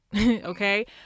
okay